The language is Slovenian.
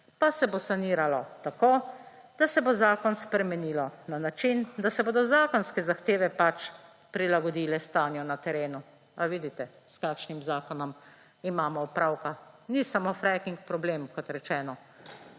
pa se bo saniralo tako, da se bo zakon spremenilo na način, da se bodo zakonske zahteve pač prilagodile stanju na terenu. Ali vidite, s kakšnim zakonom imamo opravka? Ni samo fracking problem, kot rečeno,